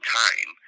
time